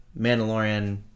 Mandalorian